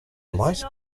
light